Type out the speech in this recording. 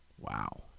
Wow